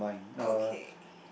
okay